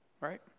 right